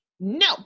No